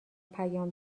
پیام